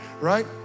right